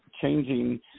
changing